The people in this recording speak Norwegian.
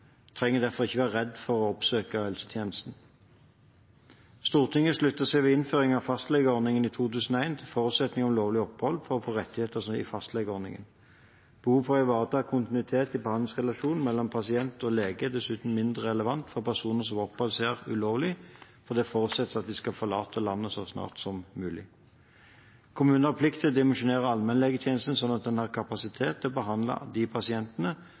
trenger derfor ikke være redd for å oppsøke helsetjenesten. Stortinget sluttet seg ved innføring av fastlegeordningen i 2001 til forutsetning om lovlig opphold for å få rettigheter i fastlegeordningen. Behovet for å ivareta kontinuitet i behandlingsrelasjon mellom pasient og lege er dessuten mindre relevant for personer som oppholder seg her ulovlig, og det forutsettes at de skal forlate landet så snart som mulig. Kommunen har plikt til å dimensjonere allmennlegetjenesten slik at en har kapasitet til å behandle pasientene